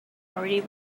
already